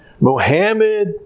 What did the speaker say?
Mohammed